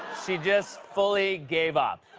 she just fully gave up.